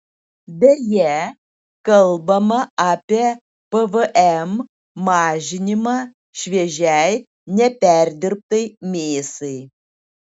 beje kalbama apie pvm mažinimą šviežiai neperdirbtai mėsai